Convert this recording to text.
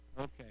Okay